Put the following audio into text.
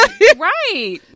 Right